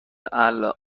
الان